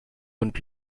und